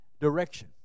direction